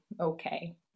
okay